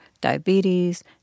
diabetes